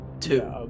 two